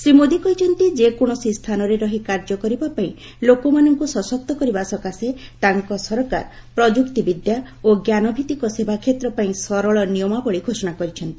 ଶ୍ରୀ ମୋଦି କହିଛନ୍ତି ଯେକୌଣସି ସ୍ଥାନରେ ରହି କାର୍ଯ୍ୟ କରିପାରିବା ପାଇଁ ଲୋକମାନଙ୍କୁ ସଶକ୍ତ କରିବା ସକାଶେ ତାଙ୍କ ସରକାର ପ୍ରଯୁକ୍ତିବିଦ୍ୟା ଓ ଜ୍ଞାନଭିତିକ ସେବାକ୍ଷେତ୍ର ପାଇଁ ସରଳ ନିୟମାବଳୀ ଘୋଷଣା କରିଛନ୍ତି